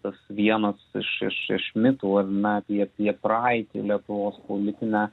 tas vienas iš iš iš mitų ar ne apie apie praeitį lietuvos politinę